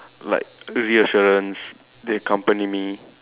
like reassurance they accompany me